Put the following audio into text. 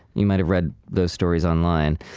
you might have read the stories online.